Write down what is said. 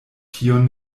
tion